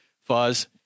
fuzz